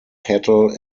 cattle